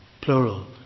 Plural